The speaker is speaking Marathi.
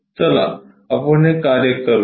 चला आपण हे कार्य करूया